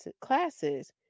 classes